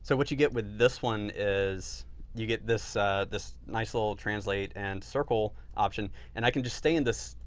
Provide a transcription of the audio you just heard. so what you get with this one is you get this this nice little translate and circle option and i can just stay in this,